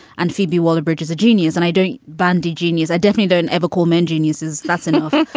and phoebe walbridge is a genius. and i don't bandy genius. i definitely don't ever call men geniuses. that's enough.